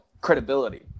Credibility